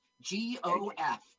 G-O-F